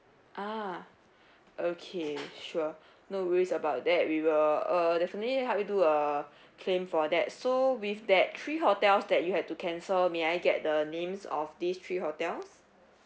ah okay sure no worries about that we will uh definitely help you do a claim for that so with that three hotels that you had to cancel may I get the names of these three hotels